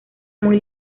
muy